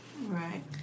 Right